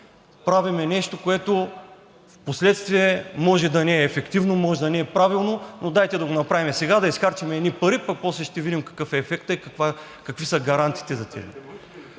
Правим нещо, което впоследствие може да не е ефективно, може да не е правилно, но дайте да го направим сега – да изхарчим едни пари, пък после ще видим какъв е ефектът и какви са гаранциите за…